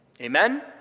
Amen